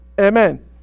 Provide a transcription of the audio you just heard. Amen